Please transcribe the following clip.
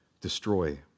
destroy